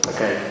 Okay